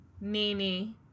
Nene